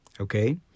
okay